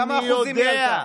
בכמה אחוזים היא עלתה?